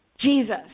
Jesus